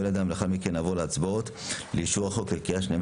על ידם ולאחר מכן נעבור להצבעות ולאישור החוק לקריאה שנייה